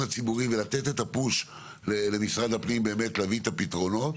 הציבורי ולתת את הפוש למשרד הפנים להביא את הפתרונות.